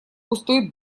густой